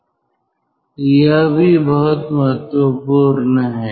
तो यह भी बहुत महत्वपूर्ण है